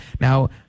Now